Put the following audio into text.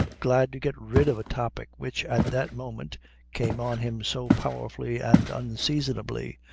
glad to get rid of a topic which at that moment came on him so powerfully and unseasonably.